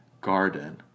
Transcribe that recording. garden